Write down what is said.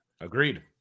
Agreed